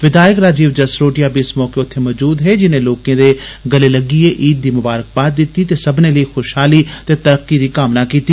विधायक राजीव जस्रोटिया बी इस मौके मौजूद हे जिनें लोकें दे गले लग्गियै ईद दी ममारकबाद दिती ते सब्बनें लेई खुषहाली ते तरक्की दी कामना कीती